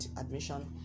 admission